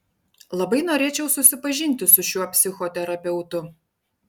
labai norėčiau susipažinti su šiuo psichoterapeutu